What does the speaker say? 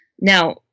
Now